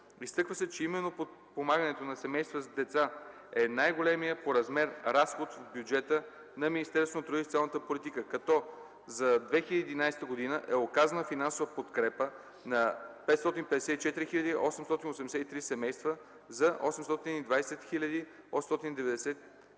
Изтъква се, че именно подпомагането на семействата с деца е най-големият по размер разход в бюджета на Министерството на труда и социалната политика, като за 2011 г. е оказана финансова подкрепа на 554 883 семейства за 820 892 деца.